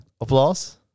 Applause